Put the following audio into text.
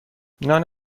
نان